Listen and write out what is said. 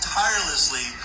tirelessly